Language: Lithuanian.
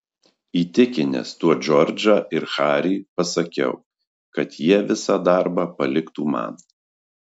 įtikinęs tuo džordžą ir harį pasakiau kad jie visą darbą paliktų man